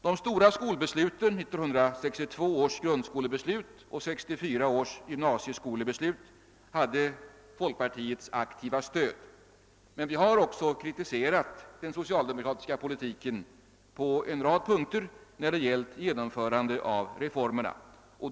De stora skolbesluten — 1962 års grundskolebeslut och 1964 års gymnasieskolebeslut — hade folkpartiets aktiva stöd. Men vi har också kritiserat den socialdemokratiska politiken på en rad punkter när det gällt genomförande av reformerna.